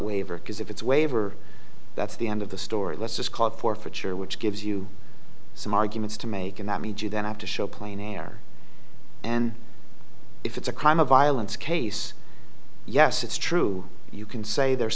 waiver because if it's waiver that's the end of the story let's just call it forfeiture which gives you some arguments to make and that means you then have to show plain air and if it's a crime of violence case yes it's true you can say there